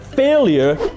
Failure